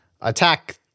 attack